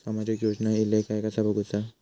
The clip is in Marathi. सामाजिक योजना इले काय कसा बघुचा?